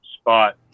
spot